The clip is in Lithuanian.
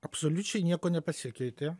absoliučiai nieko nepasikeitė